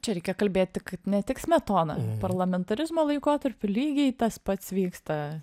čia reikia kalbėti kad ne tik smetona parlamentarizmo laikotarpiu lygiai tas pats vyksta